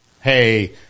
Hey